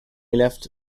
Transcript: left